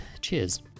Cheers